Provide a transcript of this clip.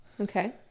Okay